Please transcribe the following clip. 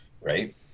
right